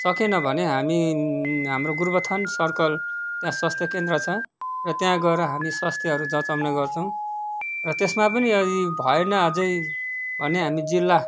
सकेन भने हामी हाम्रो गोरुबथान सर्कल त्यहाँ स्वास्थ्य केन्द्र छ र त्यहाँ गएर हामी स्वास्थ्यहरू जचाउँने गर्छौँ र त्यसमा पनि यदि भएन अझै भने हामी जिल्ला